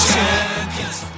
Champions